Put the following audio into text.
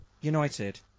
United